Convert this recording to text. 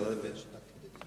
אבל אנחנו מאותה מפלגה.